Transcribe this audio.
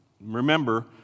remember